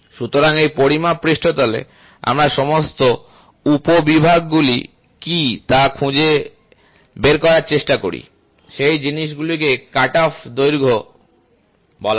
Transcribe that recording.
সুতরাং এই পরিমাপ পৃষ্ঠতলে আমরা সমস্ত উপ বিভাগগুলি কী তা খুঁজে বের করার চেষ্টা করি সেই জিনিসগুলিকে কাট অফ দৈর্ঘ্য বলা হয়